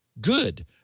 good